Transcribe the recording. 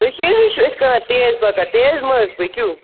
أسۍ کانٛہہ تیز پَکان تیز مہٕ حظ پٔکِو